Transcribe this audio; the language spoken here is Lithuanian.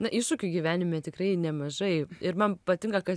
na iššūkių gyvenime tikrai nemažai ir man patinka kad